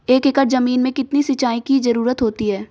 एक एकड़ ज़मीन में कितनी सिंचाई की ज़रुरत होती है?